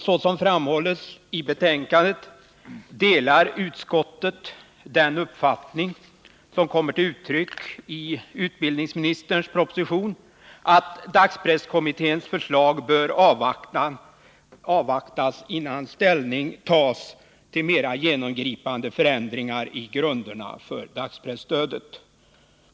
Såsom framhålls i betänkandet delar utskottet den uppfattning som kommer till uttryck i utbildningsministerns proposition, alltså att dagspresskommitténs förslag bör avvaktas innan ställning tas till mera genomgripande förändringar i grunderna för dagspressstödet.